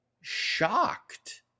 shocked